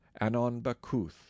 Anon-Bakuth